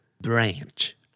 Branch